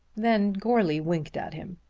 then goarly winked at him.